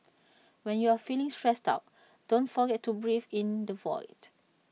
when you are feeling stressed out don't forget to breathe in the void